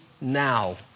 now